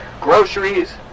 groceries